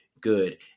good